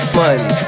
money